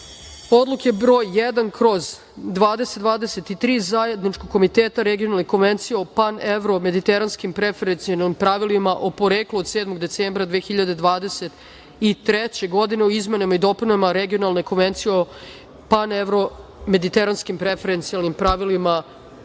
Odluke broj 1/2023 Zajedničkog komiteta Regionalne Konvencije o pan-evro-mediteranskim preferencijalnim pravilima o poreklu od 7. decembra 2023. godine o izmenama i dopunama REgionalne konvencije o pan-evro-mediteranskim preferencijalnim pravilima